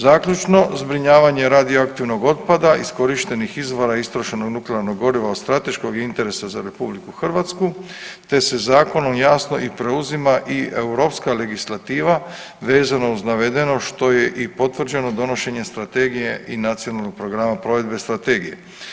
Zaključno, zbrinjavanje radioaktivnog otpada iskorištenih izvora i istrošenog nuklearnog goriva od strateškog je interesa za RH te se zakonom jasno i preuzima i europska legislativa vezano uz navedeno što je i potvrđeno donošenjem strategije i nacionalnog programa provedbe strategije.